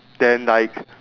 then like